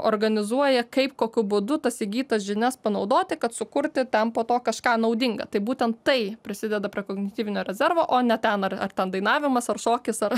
organizuoja kaip kokiu būdu tas įgytas žinias panaudoti kad sukurti ten po to kažką naudinga tai būtent tai prisideda prie kognityvinio rezervo o ne ten ar ar ten dainavimas ar šokis ar